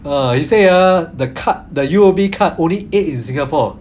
uh he say uh the card the U_O_B card only eight in singapore